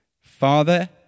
Father